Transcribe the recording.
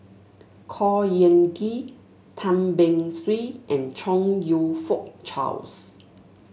Khor Ean Ghee Tan Beng Swee and Chong You Fook Charles